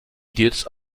idiots